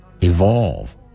evolve